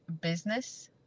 business